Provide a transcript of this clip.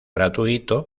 gratuito